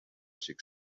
six